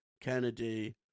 Kennedy